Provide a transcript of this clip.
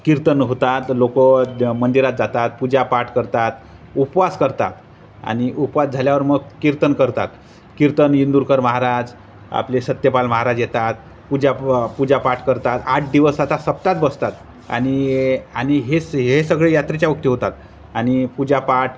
कीर्तन होतात लोक मंदिरात जातात पूजापाठ करतात उपवास करतात आणि उपवास झाल्यावर मग कीर्तन करतात कीर्तन इंदूरकर महाराज आपले सत्यपाल महाराज येतात पूजा प पूजापाठ करतात आठ दिवस आता सप्तात बसतात आणि आणि हे से हे सगळे यात्रेच्या वक्ती होतात आणि पूजापाठ